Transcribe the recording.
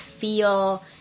feel